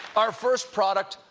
our first product,